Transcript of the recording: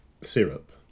syrup